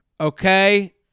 Okay